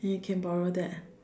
and you can borrow that